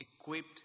equipped